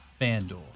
FanDuel